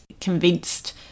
convinced